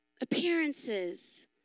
Appearances